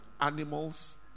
animals